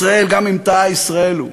ישראל, גם אם טעה, ישראל הוא?